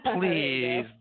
Please